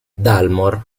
dalmor